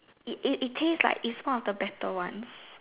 it it taste like it's not the better ones